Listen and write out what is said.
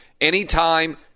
Anytime